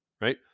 right